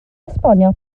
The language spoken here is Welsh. esbonio